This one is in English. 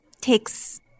Takes